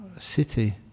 city